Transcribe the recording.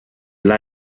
lai